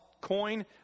coin